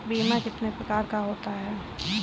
बीमा कितने प्रकार का होता है?